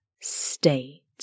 state